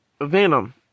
Venom